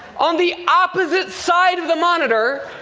on the opposite side of the monitor,